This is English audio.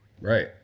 Right